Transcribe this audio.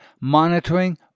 monitoring